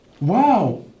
Wow